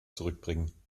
zurückbringen